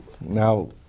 Now